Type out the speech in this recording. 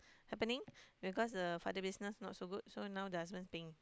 happening because the father business not so good so now the husband paying